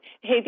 hey